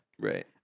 Right